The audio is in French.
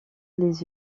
les